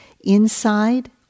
inside